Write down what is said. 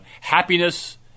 happiness